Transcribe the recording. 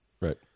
Right